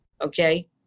okay